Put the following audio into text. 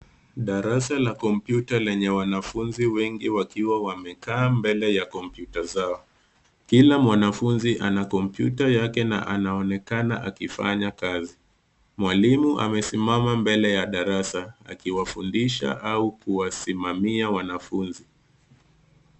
Darasa la kompyuta lenye wanafunzi wengi wakiwa wamekaa mbele ya kompyuta zao. Kila mwanafunzi ana kompyuta yake na anaonekana akifanya kazi. Mwalimu amesimama mbele ya darasa akiwafundisha au kuwasimamia wanafunzi.